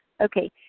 okay